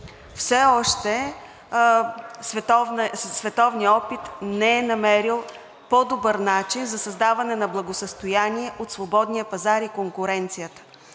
Все още световният опит не е намерил по-добър начин за създаване на благосъстояние от свободния пазар и конкуренцията,